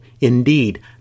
Indeed